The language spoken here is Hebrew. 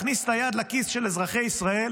להכניס את היד לכיס של אזרחי ישראל,